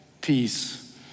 Peace